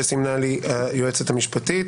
היוועצות סיעתית.